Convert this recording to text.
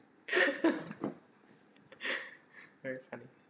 very funny